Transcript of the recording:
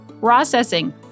processing